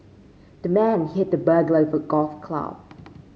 the man hit the burglar with a golf club